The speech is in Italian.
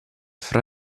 fra